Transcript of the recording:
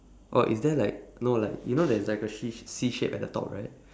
or is there like no like you know there is like C sha~ C shape at the top right